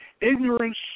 ignorance